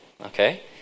okay